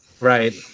right